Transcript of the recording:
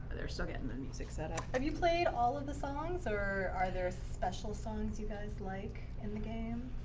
they're still getting the music set up. have you played all of the songs, or are there special songs you guys like in the game?